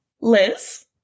Liz